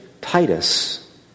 Titus